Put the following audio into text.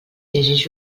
llegeix